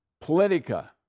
Politica